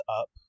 up